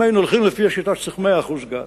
אם היינו הולכים לפי השיטה שצריך 100% גז,